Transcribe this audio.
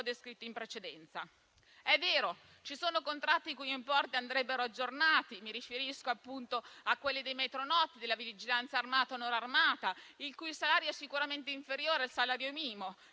descritto in precedenza. È vero, ci sono contratti i cui importi andrebbero aggiornati: mi riferisco a quello dei metronotte, la vigilanza armata o non armata, il cui salario è sicuramente inferiore al salario